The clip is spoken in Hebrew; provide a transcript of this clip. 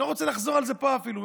אני לא רוצה לחזור על זה פה אפילו,